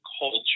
culture